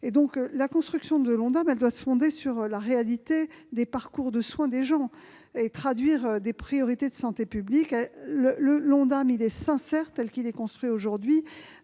EHPAD. La construction de l'ONDAM doit se fonder sur la réalité des parcours de soins des patients et traduire des priorités de santé publique. Tel qu'il est construit aujourd'hui,